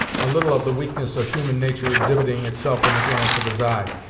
a little of the weakness of human nature exhibiting itself in the glance of his eye,